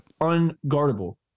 Unguardable